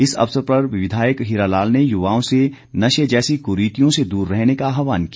इस अवसर पर विधायक हीरालाल ने युवाओं से नशे जैसी कुरीतियों से दूर रहने का आहवान किया